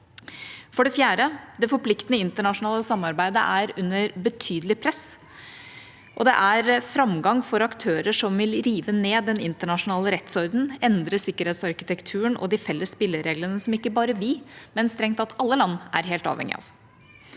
For det fjerde: Det forpliktende internasjonale samarbeidet er under betydelig press, og det er framgang for aktører som vil rive ned den internasjonale rettsordenen, endre sikkerhetsarkitekturen og de felles spillereglene som ikke bare vi, men strengt tatt alle land er helt avhengig av.